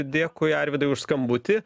dėkui arvydai už skambutį